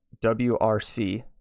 WRC